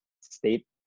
state